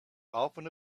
often